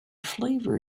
flavor